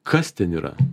kas ten yra